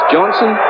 Johnson